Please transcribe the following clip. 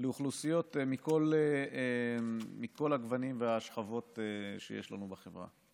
לאוכלוסיות מכל הגוונים והשכבות שיש לנו בחברה.